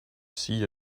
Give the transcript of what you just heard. see